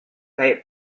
kaj